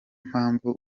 mpamvu